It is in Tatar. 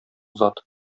зат